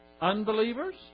unbelievers